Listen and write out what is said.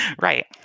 Right